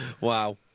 Wow